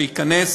שייכנס,